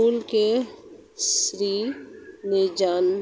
फूल का स्त्री जननकोष